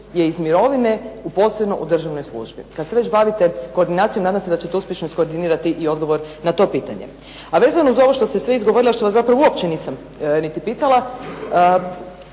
je iz mirovine uposleno u državnoj službi? Kad se već bavite koordinacijom nadam se da ćete uspješno iskoordinirati i odgovor na to pitanje. A vezano uz ovo što ste sve izgovorili, a što vas zapravo uopće nisam niti pitala,